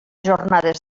jornades